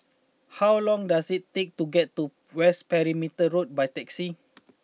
how long does it take to get to West Perimeter Road by taxi